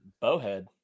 Bowhead